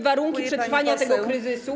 warunki przetrwania tego kryzysu.